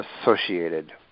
associated